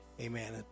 Amen